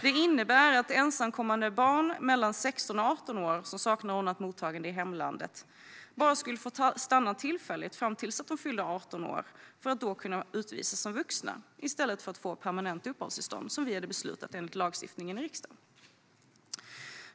Det innebär att ensamkommande barn mellan 16 och 18 år som saknar ordnat mottagande i hemlandet bara ska få stanna tillfälligt tills de har fyllt 18 år och då kunna utvisas som vuxna, i stället för att få permanent uppehållstillstånd som vi hade beslutat enligt lagstiftningen i riksdagen.